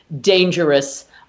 dangerous